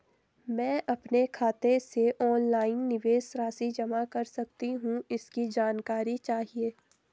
मैं अपने खाते से ऑनलाइन निवेश राशि जमा कर सकती हूँ इसकी जानकारी चाहिए?